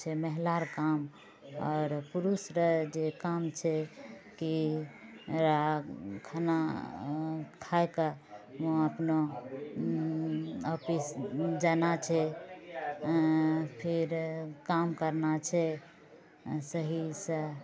छै महिला रऽ काम आओर पुरुष रऽ जे काम छै की एकरा खाना खायके अपनो ऑफिस जाना छै फिर काम करना छै ऐसे ही सए